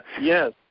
yes